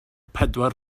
pedwar